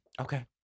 okay